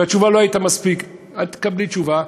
והתשובה לא הייתה מספיק, את תקבלי תשובה.